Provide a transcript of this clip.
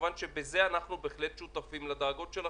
כמובן שבזה אנחנו החלט שותפים לדאגות שלכם,